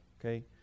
Okay